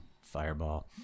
Fireball